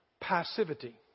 passivity